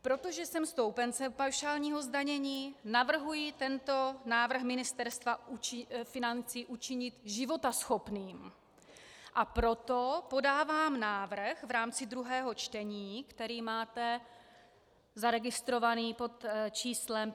Protože jsem stoupencem paušálního zdanění, navrhuji tento návrh Ministerstva financí učinit životaschopným, a proto podávám návrh v rámci druhého čtení, který máte zaregistrován pod číslem 5318.